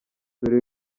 dore